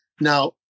now